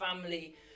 family